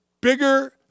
bigger